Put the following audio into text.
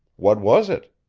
what was it?